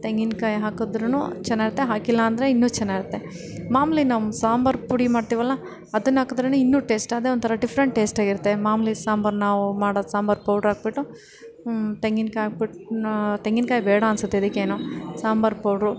ತೆಂಗಿನ್ಕಾಯಿ ಹಾಕಿದ್ರೂ ಚೆನ್ನಾಗಿರುತ್ತೆ ಹಾಕಿಲ್ಲ ಅಂದ್ರೆ ಇನ್ನೂ ಚೆನ್ನಾಗಿರುತ್ತೆ ಮಾಮೂಲಿ ನಮ್ಮ ಸಾಂಬಾರು ಪುಡಿ ಮಾಡ್ತೇವಲ್ಲ ಅದನ್ನ ಹಾಕಿದ್ರೇನೆ ಇನ್ನೂ ಟೇಸ್ಟ್ ಅದೇ ಒಂಥರ ಡಿಫ್ರೆಂಟ್ ಟೇಸ್ಟಾಗಿರುತ್ತೆ ಮಾಮೂಲಿ ಸಾಂಬಾರು ನಾವು ಮಾಡೋ ಸಾಂಬಾರು ಪೌಡ್ರ್ ಹಾಕ್ಬಿಟ್ಟು ತೆಂಗಿನ್ಕಾಯಿ ಹಾಕ್ಬಿಟ್ಟು ಇನ್ನೂ ತೆಂಗಿನ್ಕಾಯಿ ಬೇಡ ಅನ್ನಿಸುತ್ತೆ ಇದಕ್ಕೇನೋ ಸಾಂಬಾರು ಪೌಡ್ರು